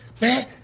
man